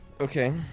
Okay